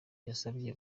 yasabye